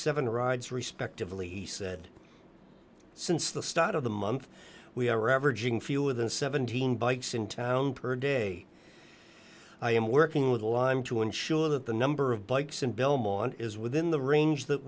seven rides respectively he said since the start of the month we are averaging fewer than seventeen bikes in town per day i am working with a lime to ensure that the number of bikes in belmont is within the range that